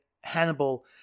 Hannibal